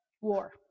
war